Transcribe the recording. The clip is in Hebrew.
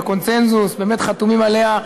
עשר דקות להציג לנו את הצעתך.